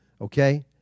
okay